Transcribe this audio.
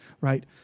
right